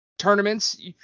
tournaments